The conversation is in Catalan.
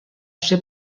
ser